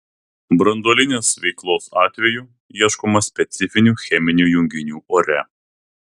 branduolinės veiklos atveju ieškoma specifinių cheminių junginių ore